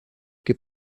que